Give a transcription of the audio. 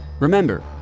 Remember